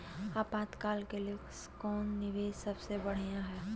आपातकाल के लिए कौन निवेस सबसे बढ़िया है?